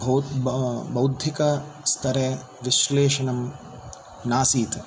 बौद्धिकस्तरे विश्लेषणं नासीत्